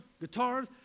guitars